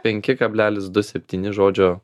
penki kablelis du septyni žodžio